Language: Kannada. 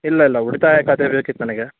ಇಲ್ಲ ಇಲ್ಲ ಉಳಿತಾಯ ಖಾತೆ ಬೇಕಿತ್ತು ನನಗೆ